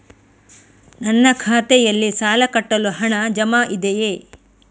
ನನ್ನ ಖಾತೆಯಲ್ಲಿ ಸಾಲ ಕಟ್ಟಲು ಹಣ ಜಮಾ ಇದೆಯೇ?